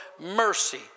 mercy